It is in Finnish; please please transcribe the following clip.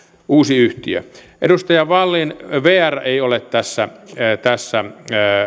uusi yhtiö edustaja wallin vr ei ole tässä tässä